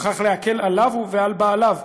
וכך להקל עליו ועל בעליו.